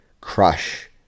crush